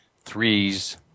threes